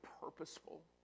purposeful